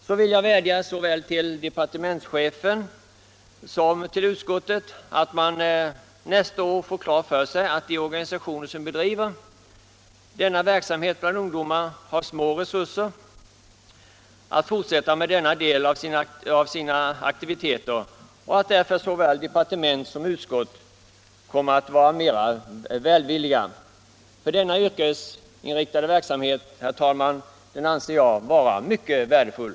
Så vill jag vädja såväl till departementschef som till utskott att man nästa år försöker få klart för sig att de organisationer som bedriver denna verksamhet bland ungdomar har små resurser att fortsätta med denna del av sina aktiviteter, och att därför såväl departement som utskott kommer, att vara mera välvilliga. För denna yrkesinriktade verksamhet, herr talman, anser jag vara mycket värdefull.